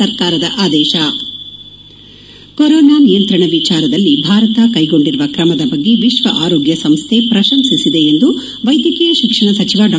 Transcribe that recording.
ಸರ್ಕಾರದ ಆದೇಶ ಕೊರೋನಾ ನಿಯಂತ್ರಣ ವಿಚಾರದಲ್ಲಿ ಭಾರತ ಕೈಗೊಂಡಿರುವ ಕ್ರಮದ ಬಗ್ಗೆ ವಿಶ್ವ ಆರೋಗ್ಯ ಸಂಸ್ಥೆ ಪ್ರಶಂಸಿಸಿದೆ ಎಂದು ವೈದ್ಯಕೀಯ ಶಿಕ್ಷಣ ಸಚಿವ ಡಾ